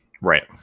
right